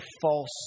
false